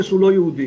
זה שהוא לא יהודי,